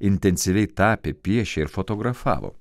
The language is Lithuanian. intensyviai tapė piešė ir fotografavo